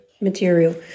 material